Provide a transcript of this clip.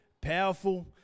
powerful